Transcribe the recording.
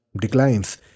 declines